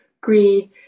greed